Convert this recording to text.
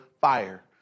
fire